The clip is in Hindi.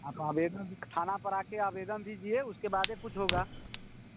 आप आवेदन लिख थाना पर आ कर आवेदन दीजिए उसके बाद कुछ होगा